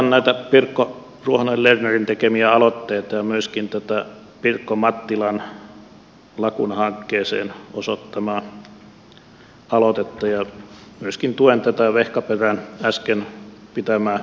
kannatan pirkko ruohonen lernerin tekemiä aloitteita ja myöskin pirkko mattilan laguna hankketta koskevaa aloitetta ja myöskin tuen vehkaperän äsken pitämää puheenvuoroa